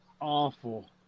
awful